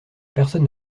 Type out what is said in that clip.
personne